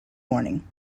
morning